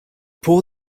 pour